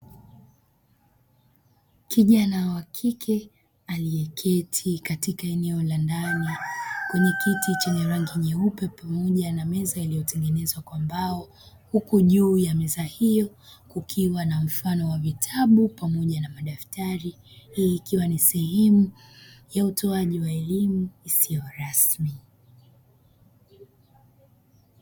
Kijana wa kike aliyeketi katika eneo la ndani kwenye kiti chenye rangi nyeupe pamoja na meza iliyotengenezwa kwa mbao huku juu ya meza hiyo kukiwa na mfano wa vitabu pamoja na madaftari hii ikiwa ni sehemu ya utoaji wa elimu isiyo rasmi.